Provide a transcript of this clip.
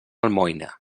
almoina